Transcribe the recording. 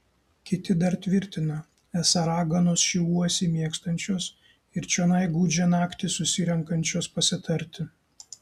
kiti dar tvirtina esą raganos šį uosį mėgstančios ir čionai gūdžią naktį susirenkančios pasitarti